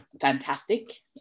Fantastic